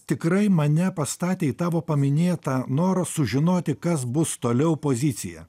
tikrai mane pastatė į tavo paminėtą norą sužinoti kas bus toliau poziciją